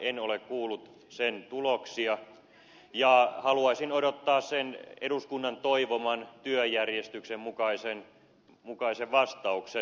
en ole kuullut sen tuloksia ja haluaisin odottaa sen eduskunnan toivoman työjärjestyksen mukaisen vastauksen